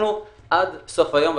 עד סוף היום,